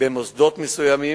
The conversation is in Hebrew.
במוסדות מסוימים,